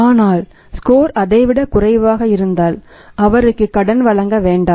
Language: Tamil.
ஆனால் ஸ்கோர் அதைவிடக் குறைவாக இருந்தால் அவருக்கு கடன் வழங்க வேண்டாம்